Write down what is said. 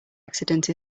accident